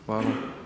Hvala.